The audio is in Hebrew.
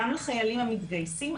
גם לחיילים המתגייסים,